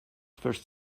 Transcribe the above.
first